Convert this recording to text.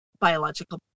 biological